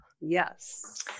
Yes